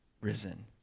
risen